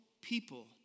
people